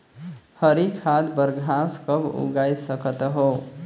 हरी खाद बर घास कब उगाय सकत हो?